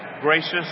gracious